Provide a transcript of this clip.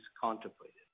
contemplated